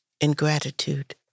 ingratitude